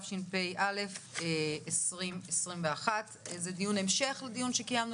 התשפ"א 2021. זה דיון המשך לדיון שקיימנו